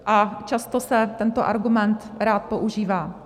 A často se tento argument rád používá.